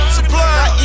Supply